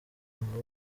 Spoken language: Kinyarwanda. abo